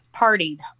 partied